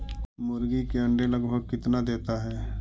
मुर्गी के अंडे लगभग कितना देता है?